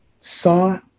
saw